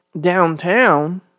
downtown